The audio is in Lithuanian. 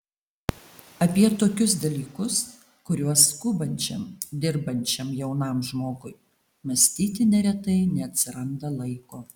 apie tokius dalykus kuriuos skubančiam dirbančiam jaunam žmogui mąstyti neretai neatsiranda laiko